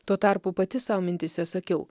tuo tarpu pati sau mintyse sakiau